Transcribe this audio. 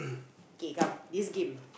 okay come this game